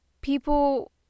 people